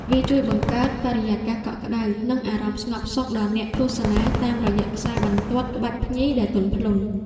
វាជួយបង្កើតបរិយាកាសកក់ក្ដៅ និងអារម្មណ៍ស្ងប់សុខដល់អ្នកទស្សនា តាមរយៈខ្សែបន្ទាត់ក្បាច់ភ្ញីដែលទន់ភ្លន់។